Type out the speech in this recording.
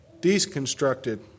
deconstructed